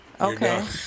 Okay